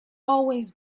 always